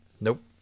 Nope